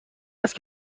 است